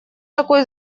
такой